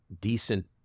decent